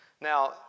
Now